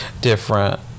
different